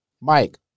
Mike